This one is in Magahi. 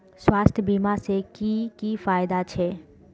स्वास्थ्य बीमा से की की फायदा छे?